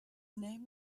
name